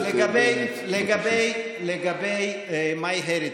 עכשיו לגבי MyHeritage.